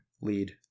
lead